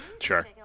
Sure